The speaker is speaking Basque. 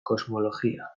kosmologia